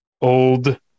old